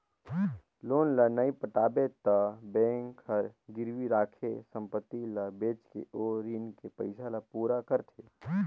loan ल नइ पटाबे त बेंक हर गिरवी राखे संपति ल बेचके ओ रीन के पइसा ल पूरा करथे